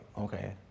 okay